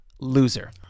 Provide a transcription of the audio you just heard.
Loser